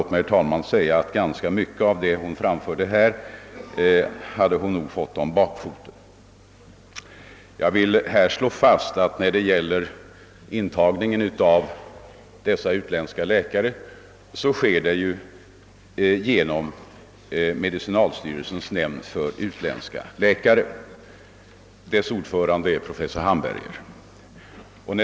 Ganska mycket av vad hon framförde hade hon nog fått om bakfoten. Intagningen av dessa utländska läkare går genom <medicinalstyrelsens nämnd för utländska läkare. Nämndens ordförande är professor Hamberger.